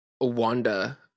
Wanda